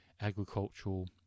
agricultural